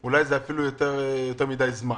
זה יותר מדי זמן.